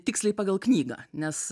tiksliai pagal knygą nes